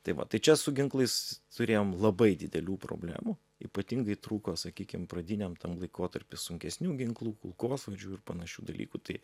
tai va tai čia su ginklais turėjom labai didelių problemų ypatingai trūko sakykim pradiniam tam laikotarpy sunkesnių ginklų kulkosvaidžių ir panašių dalykų tai